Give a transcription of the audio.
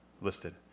listed